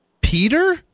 Peter